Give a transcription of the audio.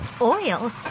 Oil